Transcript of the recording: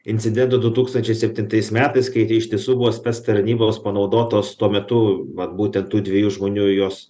incidentą du tūkstančiai septintais metais kai iš tiesų buvo spec tarnybos panaudotos tuo metu vat būtent tų dviejų žmonių juos